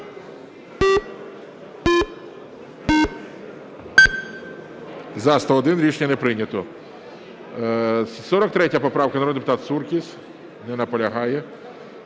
За-101 Рішення не прийнято. 43 поправка, народний депутат Суркіс. Не наполягає.